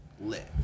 lit